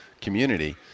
community